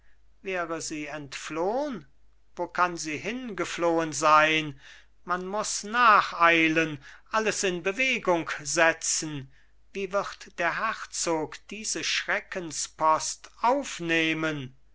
wäre sie entflohn wo kann sie hingeflohen sein man muß nacheilen alles in bewegung setzen wie wird der herzog diese schreckenspost aufnehmen